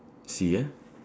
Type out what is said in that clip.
sea ah